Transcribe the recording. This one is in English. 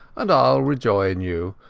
and iall rejoin you.